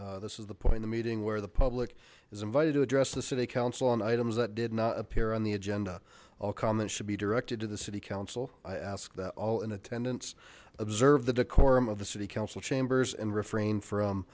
this is the point of meeting where the public is invited to address the city council on items that did not appear on the agenda all comments should be directed to the city council i ask that all in attendance observe the decorum of the city council chambers and refrain from